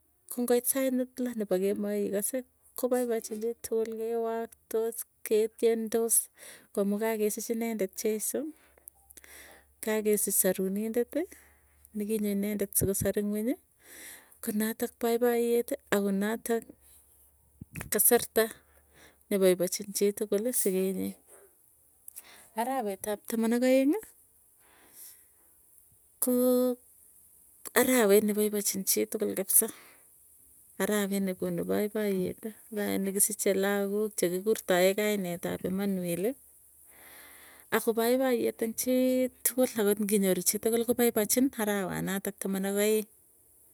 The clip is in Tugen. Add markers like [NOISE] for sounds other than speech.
Ko ngoit sait netla nepa kemoi ikase kopaipachini [NOISE] tukul kewaktos, ketiendos koamu kakesich inendet cheiso, kakesich sarunindeti nikinyo inendet sikosar ingweny. Konatok paipayeti ako natok kasarta nepaipachin chitukuli sikeny, [NOISE] arawet ap taman ak aeng'ii koo arawet nepaipachin chitukul kapsa. Araa ake nekonu paipayeti ko kae nekisiche lagook chekikurtoe kainet ap emanueli ako paipoyet eng chiitukul akot nginyoru chitukul kopaipachin arawanatak taman ak aeng.